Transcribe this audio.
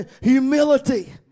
humility